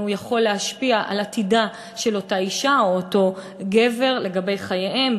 האם הוא יכול להשפיע על עתידה של אותה אישה או אותו גבר לגבי חייהם,